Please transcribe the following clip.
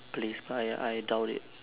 place I I doubt it